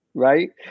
right